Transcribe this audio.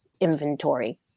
inventory